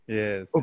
Yes